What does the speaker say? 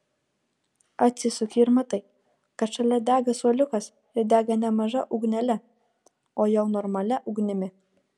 atsisuki ir matai kad šalia dega suoliukas ir dega ne maža ugnele o jau normalia ugnimi